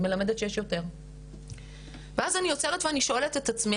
היא מלמדת שיש יותר ואז אני עוצרת ואני שואלת את עצמי,